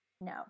No